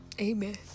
Amen